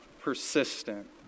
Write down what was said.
persistent